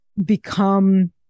become